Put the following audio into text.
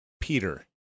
Peter